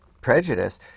prejudice